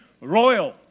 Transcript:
Royal